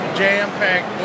jam-packed